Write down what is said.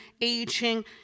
aging